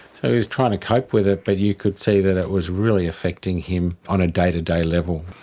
so he's trying to cope with it, but you could see that it was really affecting him on a day to day level.